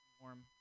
warm